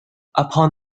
upon